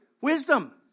wisdom